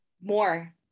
more